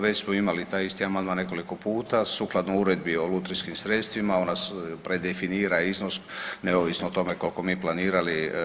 Već smo imali taj isti amandman nekoliko puta sukladno Uredbi o lutrijskim sredstvima ona predefinira iznos neovisno o tome koliko mi planirali.